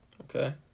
Okay